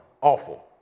awful